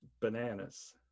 Bananas